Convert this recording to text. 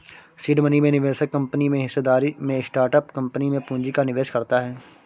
seed money में निवेशक company में हिस्सेदारी में स्टार्टअप कंपनी में पूंजी का निवेश करता है